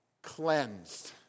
cleansed